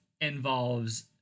involves